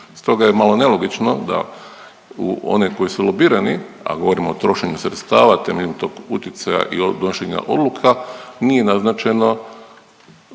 Stoga je malo nelogično da u one koji su lobirani, a govorimo o trošenju sredstava temeljem tog utjecaja i donošenja odluka, nije naznačeno